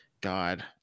god